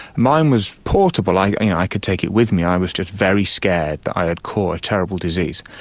mine was portable, i i could take it with me, i was just very scared that i had caught a terrible disease,